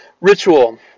ritual